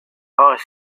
high